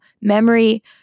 memory